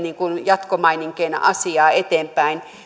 jatkomaininkeina asiaa eteenpäin